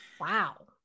Wow